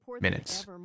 minutes